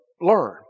learn